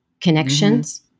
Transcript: connections